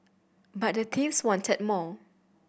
but the thieves wanted more